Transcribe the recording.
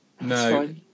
No